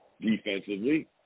defensively